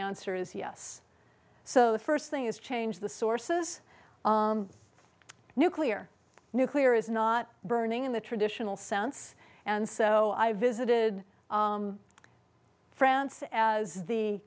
answer is yes so the first thing is change the sources nuclear nuclear is not burning in the traditional sense and so i visited france as the